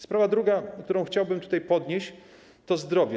Sprawa druga, którą chciałbym podnieść, to zdrowie.